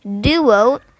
duo